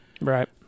Right